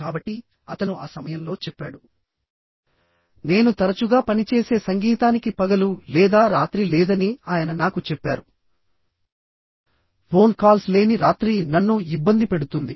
కాబట్టి అతను ఆ సమయంలో చెప్పాడు నేను తరచుగా పని చేసే సంగీతానికి పగలు లేదా రాత్రి లేదని ఆయన నాకు చెప్పారు ఫోన్ కాల్స్ లేని రాత్రి నన్ను ఇబ్బంది పెడుతుంది